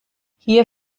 hier